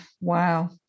wow